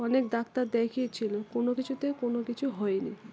অনেক ডাক্তার দেখিয়েছিল কোনো কিছুতে কোনো কিছু হয়নি